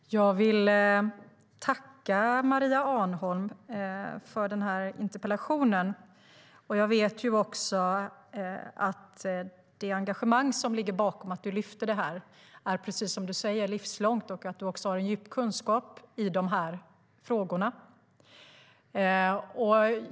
Herr talman! Jag vill tacka dig, Maria Arnholm, för den här interpellationen. Jag vet ju att det engagemang som ligger bakom att du lyfter fram det här är livslångt, precis som du säger, och att du också har djup kunskap i de här frågorna.